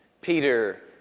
Peter